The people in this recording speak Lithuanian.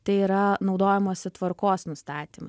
tai yra naudojimosi tvarkos nustatymą